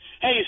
Hey